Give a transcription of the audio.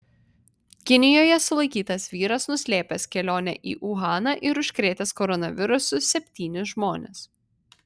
kinijoje sulaikytas vyras nuslėpęs kelionę į uhaną ir užkrėtęs koronavirusu septynis žmones